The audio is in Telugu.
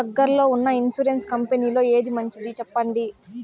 దగ్గర లో ఉన్న ఇన్సూరెన్సు కంపెనీలలో ఏది మంచిది? సెప్పండి?